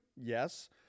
Yes